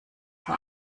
vor